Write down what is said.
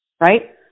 right